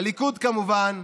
הליכוד כמובן,